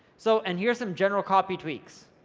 so, and here are some general copy tweaks.